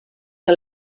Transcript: que